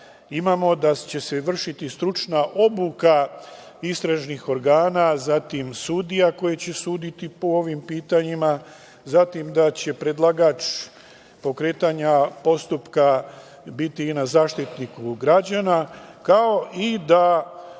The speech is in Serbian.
imamo da će se vršiti stručna obuka istražnih organa, zatim sudija koje će suditi po ovim pitanjima, zatim da će predlagač pokretanja postupka biti i Zaštitnik građana, kao i jedan